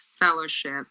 fellowship